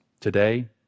Today